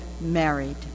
married